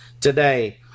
today